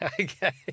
Okay